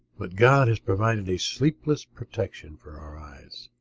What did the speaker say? but god has provided a sleepless protection for our eyes.